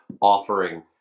offering